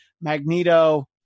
Magneto